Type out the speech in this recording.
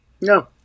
No